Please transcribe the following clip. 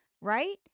right